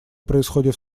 проходит